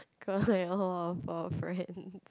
got like all of our friend